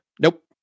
Nope